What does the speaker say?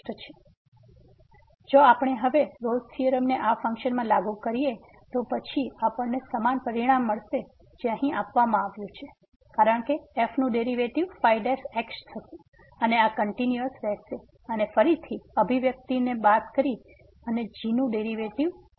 તેથી જો આપણે હવે રોલ્સRolle's થીયોરમને આ ફંક્શનમાં લાગુ કરીએ તો પછી આપણને સમાન પરિણામ મળશે જે અહીં આપવામાં આવ્યું છે કારણકે f નું ડેરીવેટીવ ϕ થશે અને આ કંટીન્યુઅસ રહેશે અને ફરીથી આ અભિવ્યક્તિ ને બાદ કરી અને g નું ડેરીવેટીવ છે